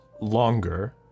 longer